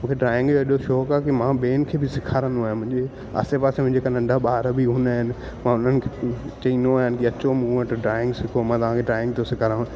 मूंखे ड्राइंग जो एॾो शौंक़ु आहे की मां ॿियनि खे बि सेखारींदो आहियां मुंहिंजे आसे पासे में जेका नंढा ॿार बि हूंदा आहिनि मां हुननि खे चवंदो आहियां की अचो मूं वटि ड्राइंग सिखो मां तव्हांखे ड्राइंग थो सेखायव